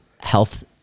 health